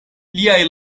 liaj